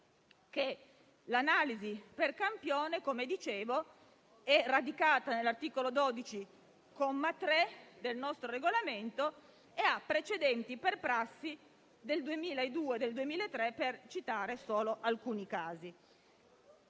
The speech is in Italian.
l'analisi per campione - come dicevo - è radicata nell'articolo 12 comma 3, del nostro Regolamento e ha precedenti per prassi del 2002 e del 2003, per citare solo alcuni casi.